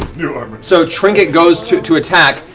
so trinket goes to to attack,